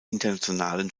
internationalen